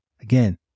Again